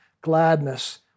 gladness